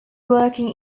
working